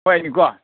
ꯍꯣꯏꯅꯦ ꯀꯣ